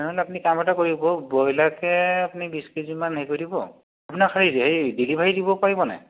নহয় আপুনি কাম এটা কৰিব ব্ৰইলাৰকে আপুনি বিছ কেজিমান হেৰি দিব আপোনাক হে হেৰি ডেলিভাৰী দিব পাৰিব নাই